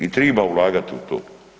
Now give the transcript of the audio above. I triba ulagati u to.